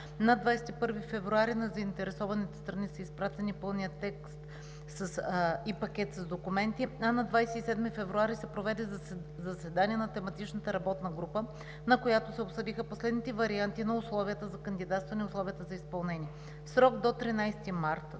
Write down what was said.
На 21 февруари на заинтересованите страни са изпратени пълният текст и пакет с документи, а на 27 февруари се проведе заседание на тематичната работна група, на която се обсъдиха последните варианти на условията за кандидатстване и условията за изпълнение. В срок до 13 март